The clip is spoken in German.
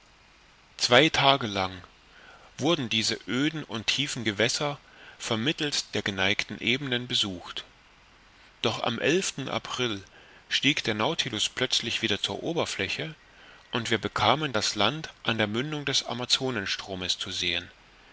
zwei tage lang wurden diese öden und tiefen gewässer vermittelst der geneigten ebenen besucht doch am april stieg der nautilus plötzlich wieder zur oberfläche und wir bekamen das land an der mündung des amazonenstromes zu sehen